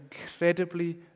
incredibly